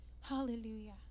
hallelujah